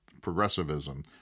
progressivism